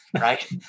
Right